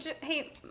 hey